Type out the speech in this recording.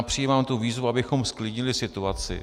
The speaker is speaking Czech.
Přijímám tu výzvu, abychom zklidnili situaci.